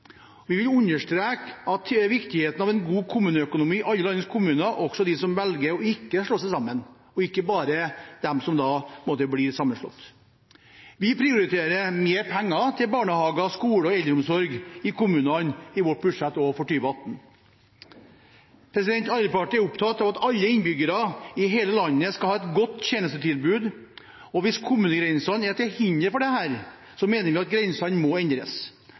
Vi vil understreke viktigheten av en god kommuneøkonomi i alle landets kommuner, også i dem som velger ikke å slå seg sammen – og ikke bare i dem som blir sammenslått. Vi prioriterer mer penger til barnehager, skoler og eldreomsorg i kommunene i vårt budsjett også for 2018. Arbeiderpartiet er opptatt av at alle innbyggere i hele landet skal ha et godt tjenestetilbud, og hvis kommunegrensene er til hinder for dette, mener vi at grensene må endres.